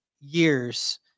years